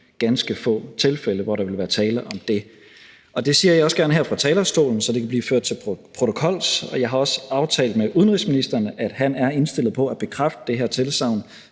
ganske få tilfælde, at der vil være tale om det. Det siger jeg også gerne her fra talerstolen, så det kan blive ført til protokols, og jeg har også aftalt med udenrigsministeren, at han er indstillet på at bekræfte det her tilsagn